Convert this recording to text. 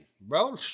bro